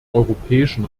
europäischen